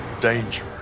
danger